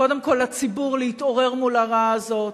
קודם כול, לציבור להתעורר מול הרעה הזאת,